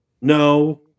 no